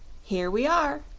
here we are!